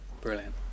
Brilliant